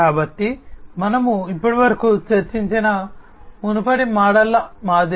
కాబట్టి మనము ఇప్పటివరకు చర్చించిన మునుపటి మోడళ్ల మాదిరిగా